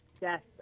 Yes